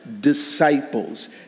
disciples